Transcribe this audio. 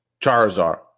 Charizard